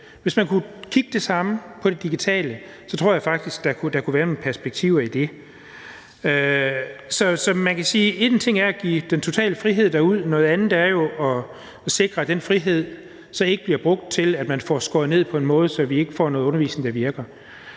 Hvis man kunne kigge på noget af det samme inden for det digitale, så tror jeg faktisk, der kunne være nogle perspektiver i det. Så man kan sige, at en ting er at give den totale frihed derude, noget andet er jo at sikre, at den frihed ikke bliver brugt til, at man får skåret ned på en måde, så vi får noget undervisning, der ikke